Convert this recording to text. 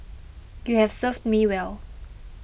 you have served me well